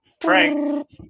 Frank